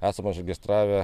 esam užregistravę